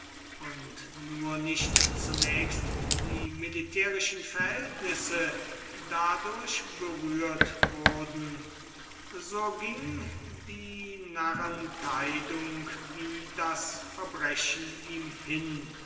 und nur nicht zunächst die militärischen verhältnisse dadurch berührt wurden so ging die narrenteidung wie das verbrechen ihm hin